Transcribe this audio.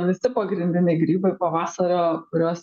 visi pagrindiniai grybai pavasario kuriuos